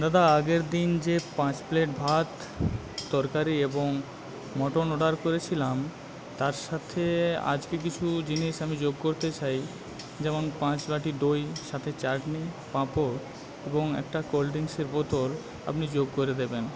দাদা আগেরদিন যে পাঁচ প্লেট ভাত তরকারি এবং মটন অর্ডার করেছিলাম তার সাথে আজকে কিছু জিনিস আমি যোগ করতে চাই যেমন পাঁচ বাটি দই সাথে চাটনি পাঁপড় এবং একটা কোল্ড ড্রিঙ্কসের বোতল আপনি যোগ করে দেবেন